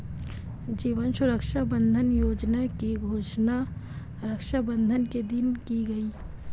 जीवन सुरक्षा बंधन योजना की घोषणा रक्षाबंधन के दिन की गई